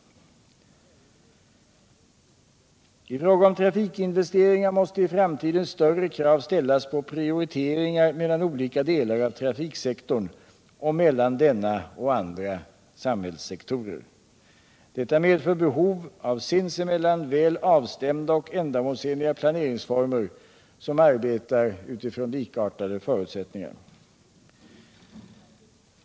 I fråga om trafikinvesteringar måste i framtiden större krav ställas på prioriteringar mellan olika delar av trafiksektorn och mellan denna och andra samhällssektorer. Detta medför behov av sinsemellan väl avstämda och ändamålsenliga planeringsformer som arbetar utifrån likartade förutsättningar.